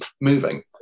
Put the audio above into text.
moving